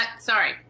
sorry